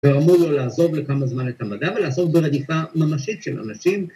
‫ואמרו לו לעזוב לכמה זמן את המדע ‫ולעסוק ברדיפה ממשית של אנשים.